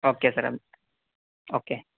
okay sir okay